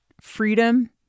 freedom